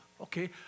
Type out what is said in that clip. Okay